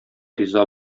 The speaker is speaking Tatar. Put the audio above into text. риза